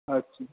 আচ্ছা